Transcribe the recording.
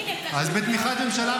אז בתמיכת ממשלה,